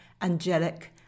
angelic